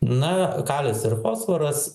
na kalis ir fosforas